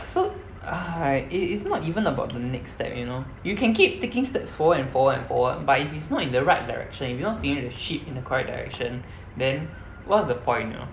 so it is not even about the next step you know you can keep taking steps forward and forward and forward but if it's not in the right direction you're not steering the ship in the correct direction then what's the point you know